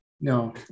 No